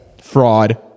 Fraud